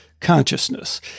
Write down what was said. consciousness